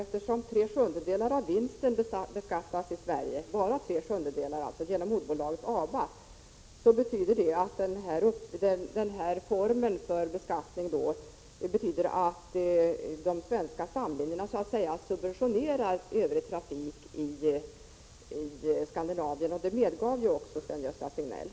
Eftersom bara tre sjundedelar av vinsten beskattas i Sverige genom moderbolaget ABA betyder detta att de svenska stamlinjerna så att säga subventionerar övrig trafik i Skandinavien. Det medgav också Sven-Gösta Signell.